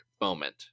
moment